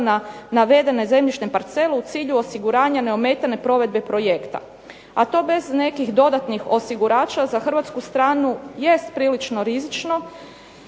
na navedene zemljišne parcele u cilju osiguranja neometane provedbe projekte". A to bez nekih dodatnih osigurača za hrvatsku stranu jest prilično rizično,